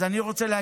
אני יודע שסימון,